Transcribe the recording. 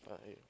I